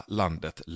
landet